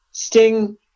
Sting